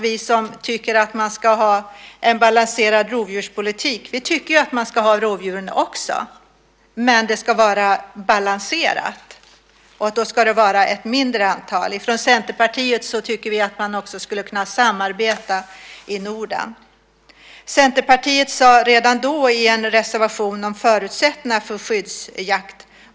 Vi som tycker att man ska ha en balanserad rovdjurspolitik tycker att man ska ha rovdjuren också, men det ska vara balanserat. Det ska vara ett mindre antal. Vi från Centerpartiet tycker att man skulle kunna samarbeta i Norden. Redan då uttalade sig Centerpartiet i en reservation om förutsättningarna för skyddsjakt.